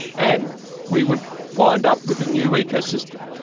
and we would wind up with a new ecosystem.